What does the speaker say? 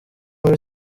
muri